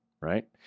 right